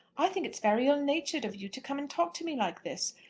i think it's very ill-natured of you to come and talk to me like this.